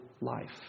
life